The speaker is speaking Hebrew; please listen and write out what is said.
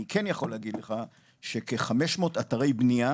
אני כן יכול להגיד לך שכ-500 אתרי בנייה